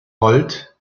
holt